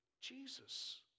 Jesus